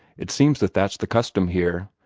it seems that that's the custom here,